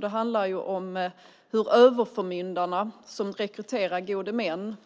Det handlar om hur överförmyndarna som rekryterar gode män